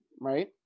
right